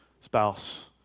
Spouse